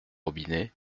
robinet